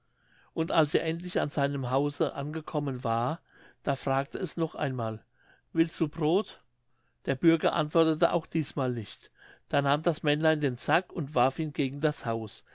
und als er endlich an seinem hause angekommen war da fragte es noch einmal willst du brod der bürger antwortete auch diesmal nicht da nahm das männlein den sack und warf ihn gegen das haus